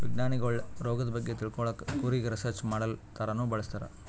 ವಿಜ್ಞಾನಿಗೊಳ್ ರೋಗದ್ ಬಗ್ಗೆ ತಿಳ್ಕೊಳಕ್ಕ್ ಕುರಿಗ್ ರಿಸರ್ಚ್ ಮಾಡಲ್ ಥರಾನೂ ಬಳಸ್ತಾರ್